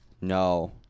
No